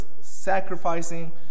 sacrificing